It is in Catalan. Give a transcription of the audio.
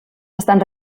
estan